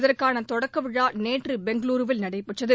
இதற்கான தொடக்க விழா நேற்று பெங்களுருவில் நடைபெற்றது